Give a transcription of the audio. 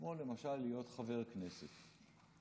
כמו להיות חבר כנסת.